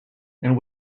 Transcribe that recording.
and